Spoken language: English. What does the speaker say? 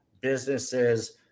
businesses